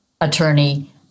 attorney